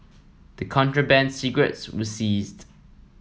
the contraband cigarettes were seized